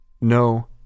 No